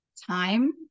time